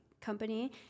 company